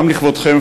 גם לכבודכם,